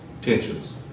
tensions